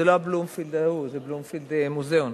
זה לא ה"בלומפילד" ההוא, זה בלומפילד, מוזיאון,